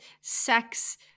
sex